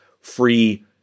free